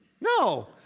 No